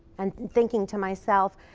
and thinking to myself,